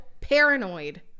paranoid